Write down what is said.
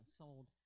sold